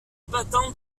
battants